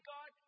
God